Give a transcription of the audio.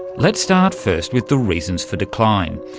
let's start first with the reasons for decline.